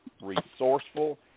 resourceful